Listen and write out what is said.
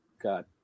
got